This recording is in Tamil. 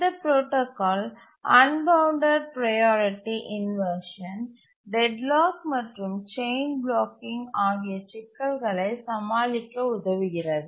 இந்த protocol unbounded priority inversion deadlock மற்றும் செயின் பிளாக்கிங் ஆகிய சிக்கல்களை சமாளிக்க உதவுகிறது